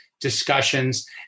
discussions